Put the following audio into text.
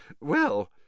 Well